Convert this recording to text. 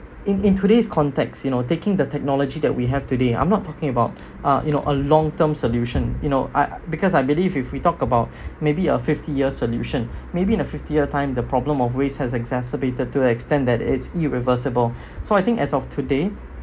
in in today's context you know taking the technology that we have today I'm not talking about uh you know a long term solution you know I because I believe if we talk about maybe a fifty year solution maybe in a fifty year time the problem of waste has exacerbated to the extend that it's irreversible so I think as of today